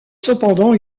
cependant